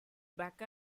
back